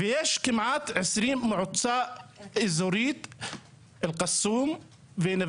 יש כ-20 מועצות אזוריות יהודיות.